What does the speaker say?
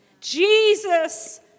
Jesus